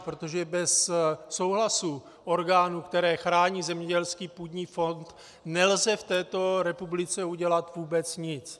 Protože bez souhlasu orgánů, které chrání zemědělský půdní fond, nelze v této republice udělat vůbec nic.